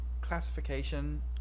classification